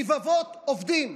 רבבות עובדים,